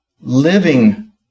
living